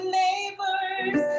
neighbors